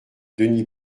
denis